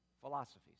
philosophies